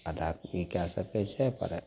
अदा कुल कै सकै छै ओकरा आओर कोनो